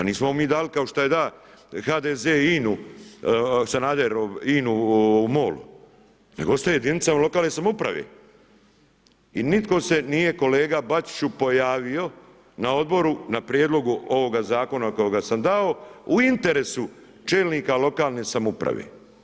Nismo mi kao što je dao HDZ INA-u Sanaderovu INA-u MOL nego ostaje jedinicama lokalne samouprave i nitko se nije kolega Bačiću pojavio na odboru na prijedlogu ovoga zakona kojega sam dao u interesu čelnika lokalne samouprave.